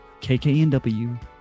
KKNW